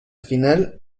final